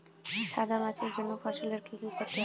সাদা মাছির জন্য ফসলের কি ক্ষতি হয়?